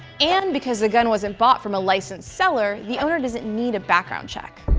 and because the gun wasn't bought from a licensed seller, the owner doesn't need a background check.